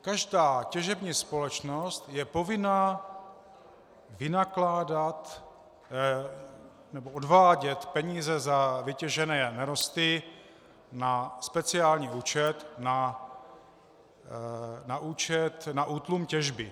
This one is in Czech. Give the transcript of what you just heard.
Každá těžební společnost je povinna vynakládat nebo odvádět peníze za vytěžené nerosty na speciální účet, na účet na útlum těžby.